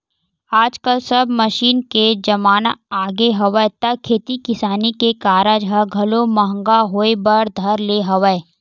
आजकल सब मसीन के जमाना आगे हवय त खेती किसानी के कारज ह घलो महंगा होय बर धर ले हवय